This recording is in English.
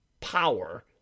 power